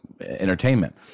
entertainment